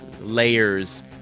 layers